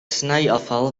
snijafval